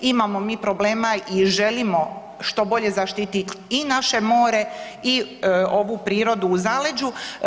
Imamo mi problema i želimo što bolje zaštititi i naše more, i ovu prirodu u zaleđu.